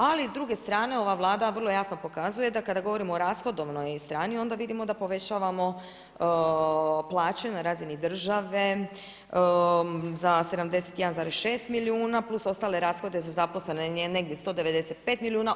Ali s druge strane ova Vlada vrlo jasno pokazuje da kada govorimo o rashodovnoj strani onda vidimo da povećamo plaće na razini države za 71,6 milijuna plus ostale rashode za zaposlene negdje 195 milijuna.